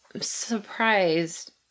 surprised